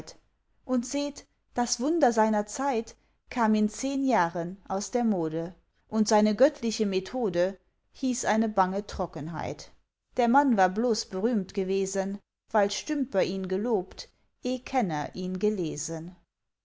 und seht das wunder seiner zeit kam in zehn jahren aus der mode und seine göttliche methode hieß eine bange trockenheit der mann war bloß berühmt gewesen weil stümper ihn gelobt eh kenner ihn gelesen